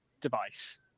device